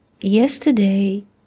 yesterday